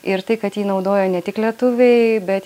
ir tai kad jį naudojo ne tik lietuviai bet